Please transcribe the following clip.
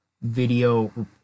video